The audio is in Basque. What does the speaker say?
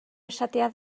esatea